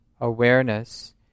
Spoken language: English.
awareness